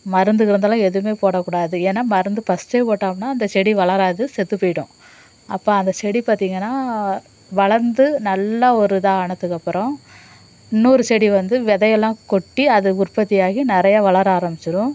மருந்து கிருந்துலாம் எதுவுமே போடக்கூடாது ஏன்னா மருந்து ஃபர்ஸ்ட்டே போட்டோம்னா அந்த செடி வளராது செத்து போயிடும் அப்போ அந்த செடி பார்த்தீங்கன்னா வளந்து நல்லா ஒரு இதாக ஆனதுக்கப்புறம் இன்னோரு செடி வந்து விதையெல்லாம் கொட்டி அது உற்பத்தி ஆகி நிறையா வளர ஆரமிச்சிவிடும்